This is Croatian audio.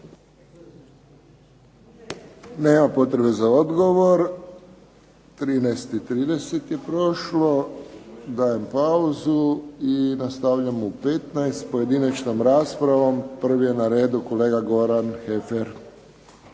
Nema potrebe za odgovor. 13,30 je prošlo. Dajem pauzu i nastavljamo u 15 sati s pojedinačnom raspravom. Prvi je na redu kolega Goran Heffer.